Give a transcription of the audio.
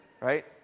right